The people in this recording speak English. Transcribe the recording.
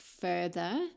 further